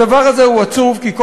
הדבר הזה הוא עצוב כי,